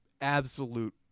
absolute